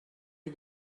you